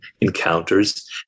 encounters